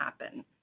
happen